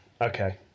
Okay